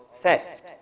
theft